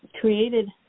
created